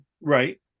right